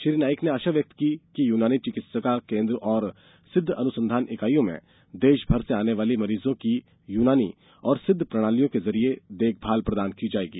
श्री नाइक ने आशा व्यक्त की कि यूनानी चिकित्सा केन्द्रों और सिद्ध अनुसंधान इकाईयों में देश भर से आने वाले मरीजों की यूनानी और सिद्ध प्रणालियों के जरिए देखभाल प्रदान की जाएगी